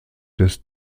des